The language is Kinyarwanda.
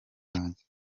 banjye